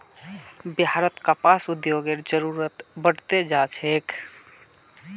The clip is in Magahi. बिहारत कपास उद्योगेर जरूरत बढ़ त जा छेक